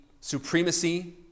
supremacy